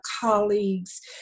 colleagues